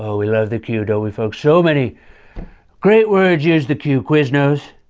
ah we love the q, don't we, folks? so many great words use the q. quiznos.